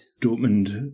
Dortmund